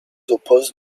opposed